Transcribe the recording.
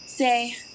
Say